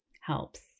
helps